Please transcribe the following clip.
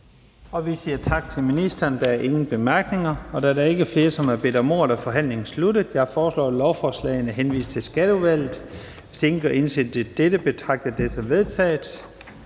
Vi siger tak til ministeren. Der er ingen korte bemærkninger. Da der ikke er flere, der har bedt om ordet, er forhandlingen sluttet. Jeg foreslår, at lovforslagene henvises til Skatteudvalget. Hvis ingen gør indsigelse til dette, betragter jeg det som vedtaget.